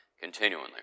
continually